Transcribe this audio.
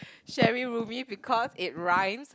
Sherry Roomie because it rhymes